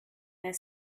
their